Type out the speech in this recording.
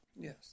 Yes